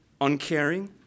uncaring